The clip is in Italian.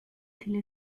delle